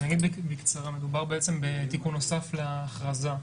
מדובר בתיקון להכרזה שלנו.